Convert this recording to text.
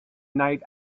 night